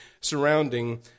surrounding